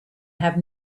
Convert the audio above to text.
have